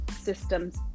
systems